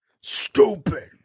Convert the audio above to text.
stupid